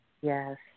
Yes